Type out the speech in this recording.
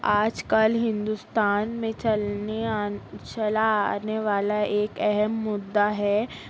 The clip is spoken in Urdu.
آج کل ہندوستان میں چلنے آ چلا آنے والا ایک اہم مدعا ہے